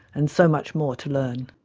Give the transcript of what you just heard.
and so much more to learn.